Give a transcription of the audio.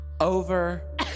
Over